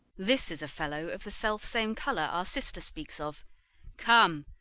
this is a fellow of the self-same colour our sister speaks of come,